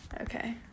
okay